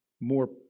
more